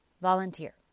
Volunteer